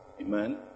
Amen